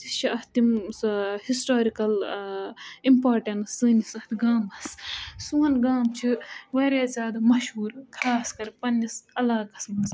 چھِ اَتھ تِم سۄ ہِسٹارِکَل اِمپاٹَنٕس سٲنِس اَتھ گامَس سون گام چھُ واریاہ زیادٕ مشہوٗر خاص کَر پنٛنِس عَلاقَس منٛز